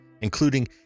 including